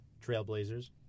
Trailblazers